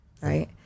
right